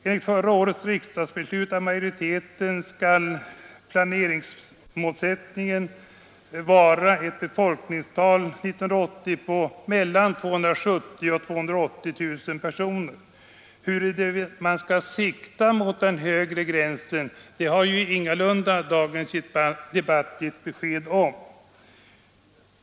Enligt förra årets riksdagsbeslut av majoriteten skall planeringsmålsättningen för år 1980 vara mellan 270 000 och 280 000 människor. Dagens debatt har ingalunda gett besked om huruvida man skall sikta mot den högre gränsen.